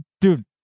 Dude